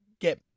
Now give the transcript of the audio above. get